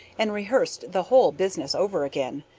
and rehearsed the whole business over again.